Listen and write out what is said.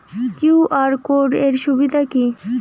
QR code এর সুবিধা কি?